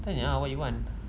tanya what you want